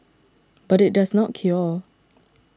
but it does not cure